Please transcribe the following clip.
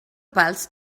pals